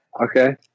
Okay